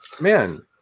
man